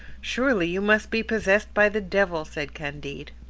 surely you must be possessed by the devil, said candide.